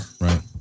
Right